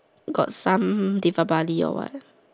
got some Deepavali or what